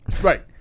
Right